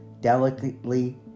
delicately